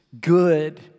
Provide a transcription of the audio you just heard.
good